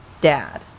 dad